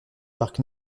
parc